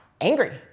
angry